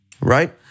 right